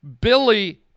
Billy